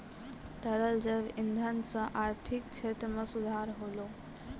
तरल जैव इंधन सँ आर्थिक क्षेत्र में सुधार होलै